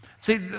See